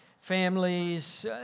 families